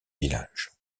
village